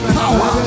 power